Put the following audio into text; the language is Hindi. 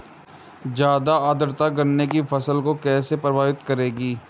ज़्यादा आर्द्रता गन्ने की फसल को कैसे प्रभावित करेगी?